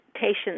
patients